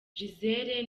gisele